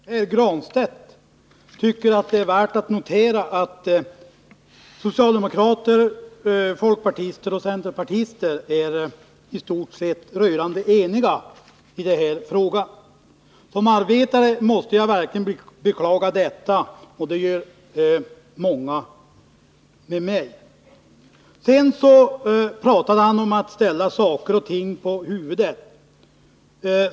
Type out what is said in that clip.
Herr talman! Pär Granstedt tycker det är värt att notera att socialdemokrater, folkpartister och centerpartister i stort sett är rörande eniga i den här frågan. Som arbetare måste jag verkligen beklaga detta, och det gör många med mig. Sedan talade Pär Granstedt om att ställa saker och ting på huvudet.